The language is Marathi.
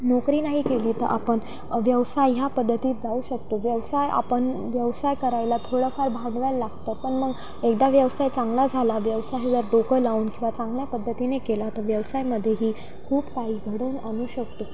नोकरी नाही केली तर आपण व्यवसाय ह्या पद्धतीत जाऊ शकतो व्यवसाय आपण व्यवसाय करायला थोडंफार भांडवायला लागतं पण मग एकदा व्यवसाय चांगला झाला व्यवसाय जर डोकं लावून किंवा चांगल्या पद्धतीने केला तर व्यवसायामध्येही खूप काही घडवून आणू शकतो